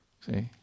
See